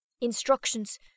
instructions